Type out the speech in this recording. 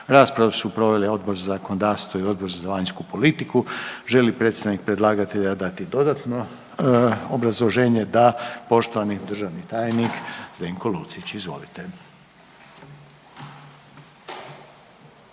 Raspravu su proveli Odbor za zakonodavstvo i Odbor za vanjsku politiku. Želi li predstavnik predlagatelja dati dodatno obrazloženje? Da. Poštovani državni tajnik Zdenko Lucić, izvolite.